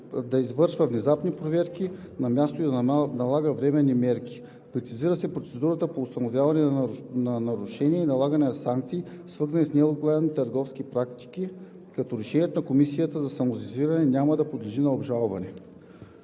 да извършва внезапни проверки на място и налага временни мерки. Прецизира се процедурата по установяване на нарушения и налагане на санкции, свързани с нелоялните търговски практики, като решението на Комисията за самосезиране няма да подлежи на обжалване.